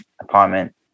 apartment